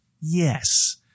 yes